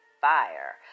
fire